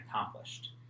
accomplished